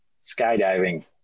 skydiving